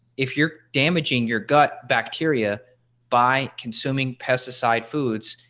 if you're damaging your gut bacteria by consuming pesticide foods.